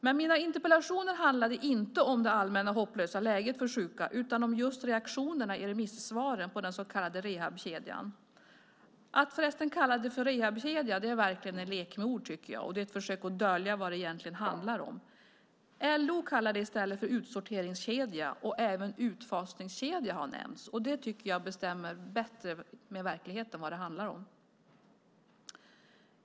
Men mina interpellationer handlade inte om det allmänna, hopplösa läget för sjuka utan om just reaktionerna i remissvaren på den så kallade rehabkedjan. Att förresten kalla det för "rehabkedja" är verkligen en lek med ord, tycker jag, och ett försök att dölja vad det egentligen handlar om. LO kallar det i stället för "utsorteringskedja", och även "utfasningskedja" har nämnts. Det tycker jag stämmer bättre med vad det handlar om i verkligheten.